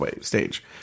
stage